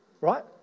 right